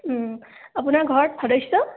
আপোনাৰ ঘৰত সদস্য